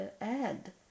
add